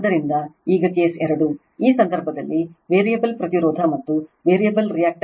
ಆದ್ದರಿಂದ ಈಗ ಕೇಸ್ 2 ಈ ಸಂದರ್ಭದಲ್ಲಿ ವೇರಿಯಬಲ್ ಪ್ರತಿರೋಧ ಮತ್ತು ವೇರಿಯಬಲ್ ರಿಯಾಕ್ಟನ್ಸ್ನೊಂದಿಗೆ ಆ ಪ್ರತಿರೋಧ ZL